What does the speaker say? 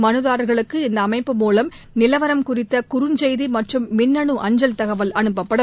மனுதாரர்களுக்கு இந்த அமைப்பு மூலம் நிலவரம் குறித்த குறுஞ்செய்தி மற்றும் மின்னனு அஞ்சல் தகவல் அனுப்பப்படும்